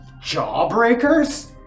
jawbreakers